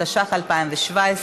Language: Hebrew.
התשע"ח 2017,